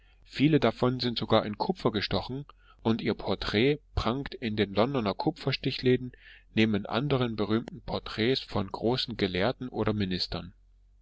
viele davon sind sogar in kupfer gestochen und ihr porträt prangt in den londoner kupferstichläden neben anderen berühmten porträts von großen gelehrten oder ministern